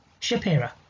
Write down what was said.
Shapira